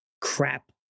crap